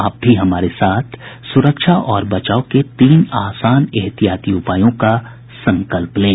आप भी हमारे साथ सुरक्षा और बचाव के तीन आसान एहतियाती उपायों का संकल्प लें